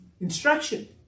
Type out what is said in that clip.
Instruction